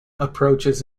approaches